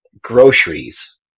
groceries